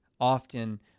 often